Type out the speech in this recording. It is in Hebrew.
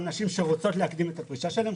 נשים שרוצות להקדים את הפרישה שלהן.